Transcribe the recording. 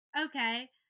okay